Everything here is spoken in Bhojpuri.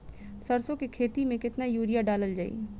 सरसों के खेती में केतना यूरिया डालल जाई?